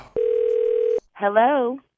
Hello